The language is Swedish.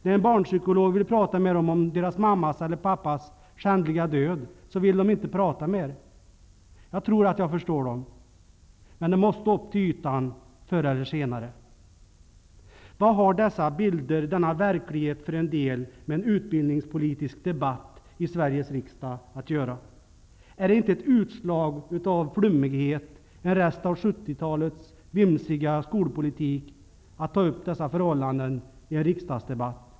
När en barnpsykolog vill prata med dem om deras mammas eller pappas skändliga död, vill de inte prata mer. Jag tror att jag förstår dem. Men det måste upp till ytan förr eller senare. Vad har dessa bilder, denna verklighet för en del, med en utbildningspolitisk debatt i Sveriges riksdag att göra? Är det inte ett utslag av flummighet - en rest av 70-talets vimsiga skolpolitik att ta upp dessa förhållanden i en riksdagsdebatt?